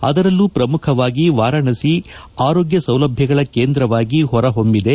ಅದರಲ್ಲೂ ಪ್ರಮುಖವಾಗಿ ವಾರಾಣಸಿ ಆರೋಗ್ಯ ಸೌಲಭ್ಯಗಳ ಕೇಂದ್ರವಾಗಿ ಹೊರಹೊಮ್ನಿದೆ